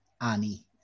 Annie